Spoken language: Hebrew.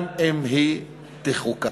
גם אם היא תחוקק.